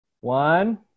One